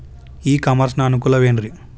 E commerce ನ ಅನುಕೂಲವೇನ್ರೇ?